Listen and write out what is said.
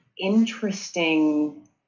interesting